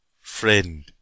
friend